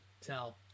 tell